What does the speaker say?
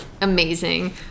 amazing